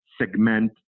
segment